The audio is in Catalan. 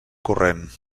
corrent